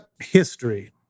history